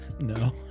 No